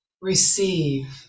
receive